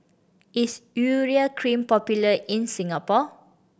is Urea Cream popular in Singapore